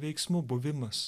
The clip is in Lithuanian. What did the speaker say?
veiksmų buvimas